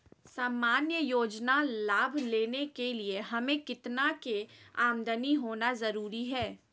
सामान्य योजना लाभ लेने के लिए हमें कितना के आमदनी होना जरूरी है?